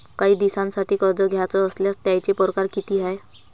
कायी दिसांसाठी कर्ज घ्याचं असल्यास त्यायचे परकार किती हाय?